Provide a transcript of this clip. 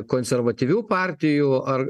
konservatyvių partijų ar